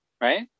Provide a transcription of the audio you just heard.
right